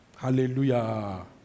Hallelujah